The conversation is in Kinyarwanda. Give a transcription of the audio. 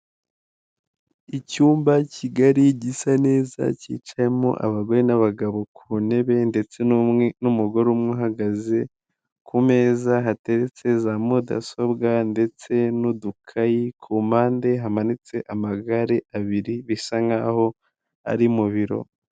Icyumba kigari gisa neza cyicayemo abagore n'abagabo ku ntebe ndetse numwe n'umugore umwe uhagaze ku meza hateretse za mudasobwa ndetse n'udukayi ku mpande hamanitse amagare abiri bisa nkaho ari mu biro.